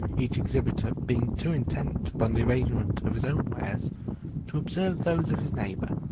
each exhibitor being too intent upon the arrangement of his own wares to observe those of his neighbor.